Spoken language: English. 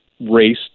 race